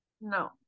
No